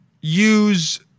use